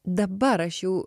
dabar aš jau